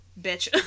bitch